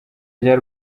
rya